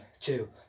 two